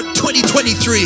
2023